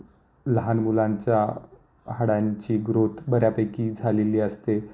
लहान मुलांच्या हाडांची ग्रोथ बऱ्यापैकी झालेली असते